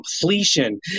completion